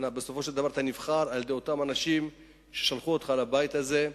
בסופו של דבר אתה נבחר על-ידי אותם אנשים ששלחו אותך לבית הזה,